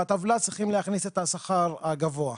בטבלה צריכים להכניס את השכר הגבוה.